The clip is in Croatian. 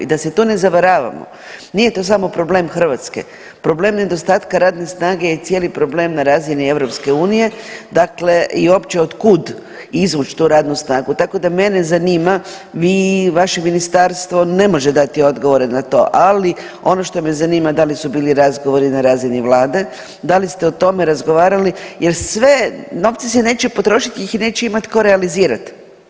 I da se tu ne zavaramo, nije to problem samo Hrvatske, problem nedostatka radne snage je cijeli problem na razini EU, dakle i uopće od kud izvuć tu radnu snagu, tako da mene zanima vi i vaše ministarstvo ne može dati odgovor na to, ali ono što me zanima da li su bili razgovori na razini Vlade, da li ste o tome razgovarali jer sve novci se neće potrošiti jer ih neće imat tko realizirat.